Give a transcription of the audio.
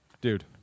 Dude